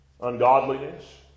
ungodliness